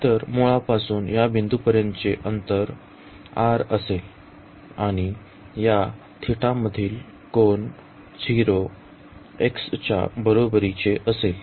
तर मुळापासून या बिंदूपर्यंतचे अंतर r असेल आणि या θ मधील कोन 0 x च्या बरोबरीचे असेल